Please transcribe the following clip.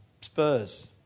Spurs